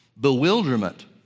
bewilderment